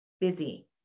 Busy